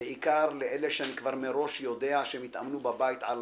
בעיקר לאלה שאני כבר מראש יודע שהם התאמנו בבית על